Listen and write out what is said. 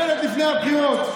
בנט לפני הבחירות: